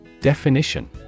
Definition